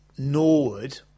Norwood